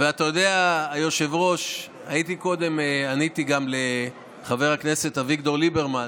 אתה יודע, היושב-ראש, עניתי גם לחבר הכנסת ליברמן,